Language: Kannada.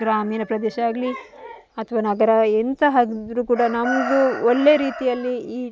ಗ್ರಾಮೀಣ ಪ್ರದೇಶ ಆಗಲಿ ಅಥವಾ ನಗರ ಎಂತಹದಿದ್ದರೂ ಕೂಡ ನಮಗೂ ಒಳ್ಳೆಯ ರೀತಿಯಲ್ಲಿ ಈ